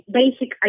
basic